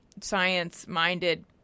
science-minded